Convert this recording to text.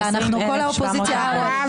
אני מעלה להצבעה את ההסתייגות של חבר הכנסת פינדרוס,